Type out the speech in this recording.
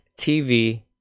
TV